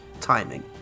timing